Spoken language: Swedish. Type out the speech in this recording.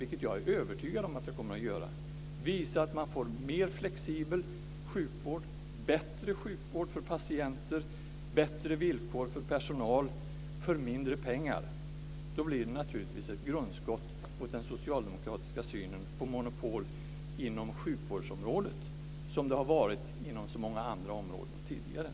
Och om det gör det och det visar sig att man får en mer flexibel sjukvård, bättre sjukvård för patienter och bättre villkor för personal för mindre pengar blir det naturligtvis ett grundskott mot den socialdemokratiska synen på monopol inom sjukvårdsområdet. Så har det varit inom så många andra områden tidigare.